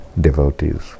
devotees